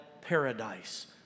paradise